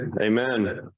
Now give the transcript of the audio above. Amen